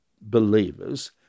believers